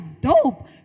dope